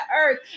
earth